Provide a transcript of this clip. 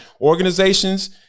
Organizations